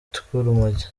tw’urumogi